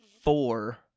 four